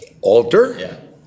alter